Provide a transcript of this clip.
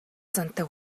зантай